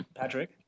Patrick